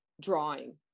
drawing